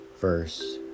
verse